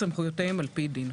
כללית מדיי.